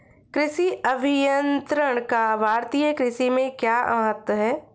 कृषि अभियंत्रण का भारतीय कृषि में क्या महत्व है?